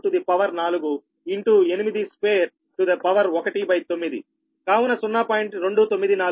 4 to the power 4 into 8 square to the power 1 by 9